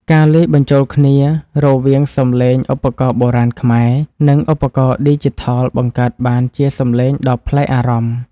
ការលាយបញ្ចូលគ្នារវាងសំឡេងឧបករណ៍បុរាណខ្មែរ និង ឧបករណ៍ឌីជីថលបង្កើតបានជាសំឡេងដ៏ប្លែកអារម្មណ៍។